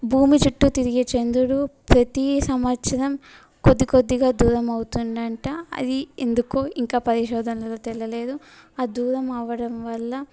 భూమి చుట్టు తిరిగే చంద్రుడు ప్రతి సంవత్సరం కొద్ది కొద్దిగా దూరం అవుతుంది అంట అది ఎందుకో ఇంకా పరిశోధనలో తెలియలేదు ఆ దూరం అవడం వల్ల